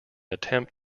attempt